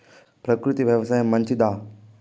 ప్రకృతి వ్యవసాయం మంచిదా?